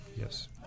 Yes